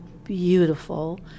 beautiful